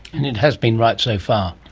and it has been right so far?